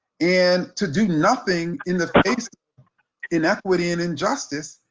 and to do nothing in the face inequity and injustice,